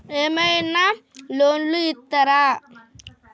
ఏమైనా లోన్లు ఇత్తరా?